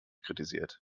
kritisiert